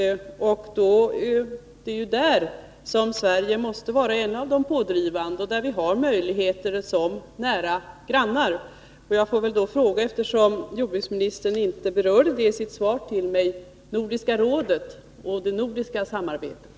Det är där som Sverige måste vara en av de pådrivande. Vi har möjligheter till det som nära grannar. Eftersom jordbruksministern inte berörde det i sitt svar till mig, vill jag nämna Nordiska rådet och det nordiska samarbetet.